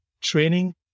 training